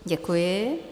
Děkuji.